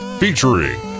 featuring